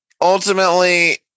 ultimately